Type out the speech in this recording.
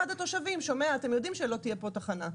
אחד התושבים שומע ואומר: אתם יודעים שלא תהיה פה תחנה.